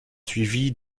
suivis